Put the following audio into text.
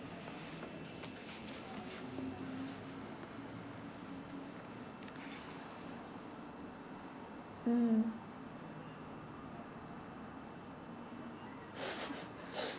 mm